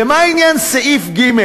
ומה עניין סעיף (ג),